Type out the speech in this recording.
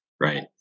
right